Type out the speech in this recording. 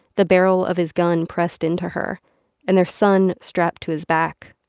the barrel of his gun pressed into her and their son strapped to his back.